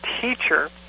teacher